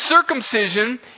circumcision